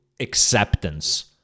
Acceptance